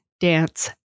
Dance